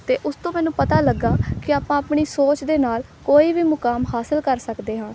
ਅਤੇ ਉਸ ਤੋਂ ਮੈਨੂੰ ਪਤਾ ਲੱਗਾ ਕਿ ਆਪਾਂ ਆਪਣੀ ਸੋਚ ਦੇ ਨਾਲ ਕੋਈ ਵੀ ਮੁਕਾਮ ਹਾਸਿਲ ਕਰ ਸਕਦੇ ਹਾਂ